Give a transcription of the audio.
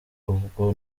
ubwo